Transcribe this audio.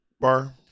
bar